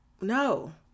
no